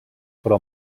però